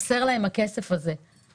הכסף הזה חסר.